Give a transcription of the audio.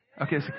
Okay